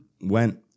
went